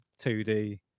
2D